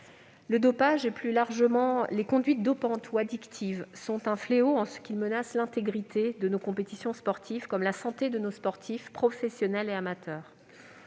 le dopage et, plus largement, les conduites dopantes ou addictives sont un fléau en ce qu'ils menacent l'intégrité de nos compétitions sportives comme la santé de nos sportifs, professionnels et amateurs.